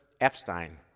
Epstein